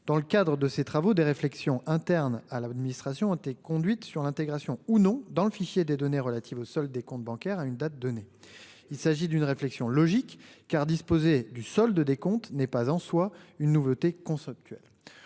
dans le cadre de ses travaux des réflexions interne à l'administration été conduite sur l'intégration ou non dans le fichier des données relatives au sol des comptes bancaires à une date donnée. Il s'agit d'une réflexion logique car disposer du solde des comptes n'est pas en soi une nouveauté conceptuelle.